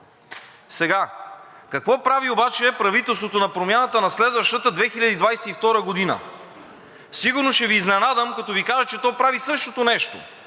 Сега какво прави обаче правителството на Промяната на следващата 2022 г.? Сигурно ще Ви изненадам, като Ви кажа, че то прави същото нещо